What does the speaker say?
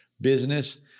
business